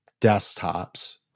desktops